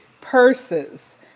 purses